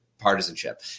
partisanship